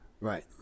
Right